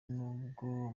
n’ubwo